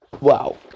wow